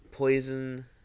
poison